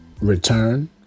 return